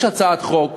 יש הצעת חוק